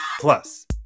Plus